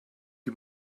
you